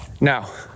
Now